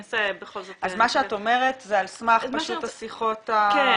אז מה שאת אומרת זה על סמך השיחות במרכזים?